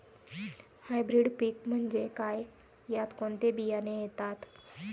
Hybrid पीक म्हणजे काय? यात कोणते बियाणे येतात?